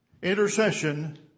Intercession